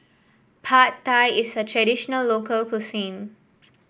Pad Thai is a traditional local cuisine